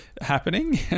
happening